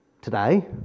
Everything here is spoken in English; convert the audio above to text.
today